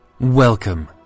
Welcome